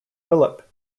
philip